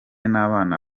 n’abana